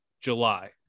July